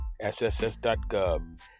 sss.gov